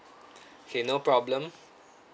okay no problem